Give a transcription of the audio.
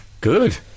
Good